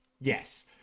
yes